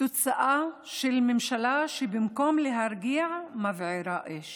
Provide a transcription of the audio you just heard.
תוצאה של ממשלה שבמקום להרגיע, מבעירה אש,